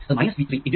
അത് V3G23